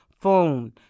phone